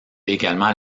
également